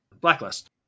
Blacklist